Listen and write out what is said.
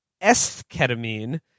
S-ketamine